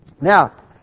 Now